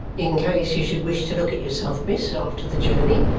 in case you should wish to look at yourself, miss, after the journey,